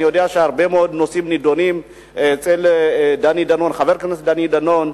אני יודע שהרבה מאוד נושאים נדונים אצל חבר הכנסת דני דנון,